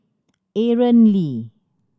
Aaron Lee